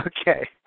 Okay